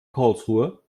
karlsruhe